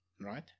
right